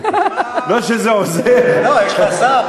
יש לך שר,